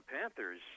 Panthers